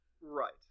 Right